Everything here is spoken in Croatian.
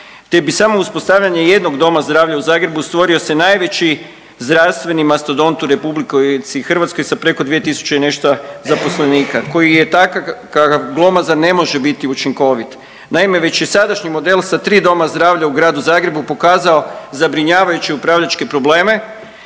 te bi samo uspostavljanje jednog doma zdravlja u Zagrebu stvorio se najveći zdravstveni mastodont u RH sa preko 2.000 i nešto zaposlenika koji je takav kakav glomazan ne može biti učinkovit. Naime, već je sadašnji model sa 3 doma zdravlja u Gradu Zagrebu pokazao zabrinjavajuće upravljačke probleme